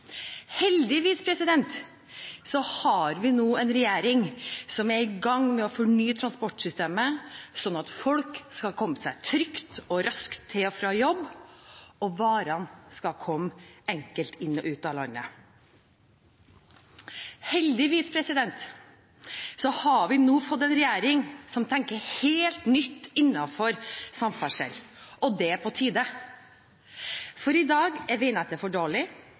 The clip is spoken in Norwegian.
Heldigvis har vi nå en regjering som er i gang med å fornye transportsystemet, slik at folk kan komme seg trygt og raskt til og fra jobb og varene komme enkelt inn og ut av landet. Heldigvis har vi nå fått en regjering som tenker helt nytt innenfor samferdsel, og det er på tide. For i dag er veinettet for dårlig,